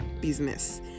business